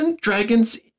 Dragons